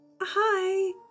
Hi